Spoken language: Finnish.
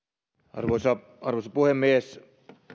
arvoisa arvoisa puhemies